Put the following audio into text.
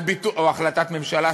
או החלטת ממשלה,